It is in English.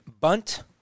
bunt